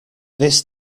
this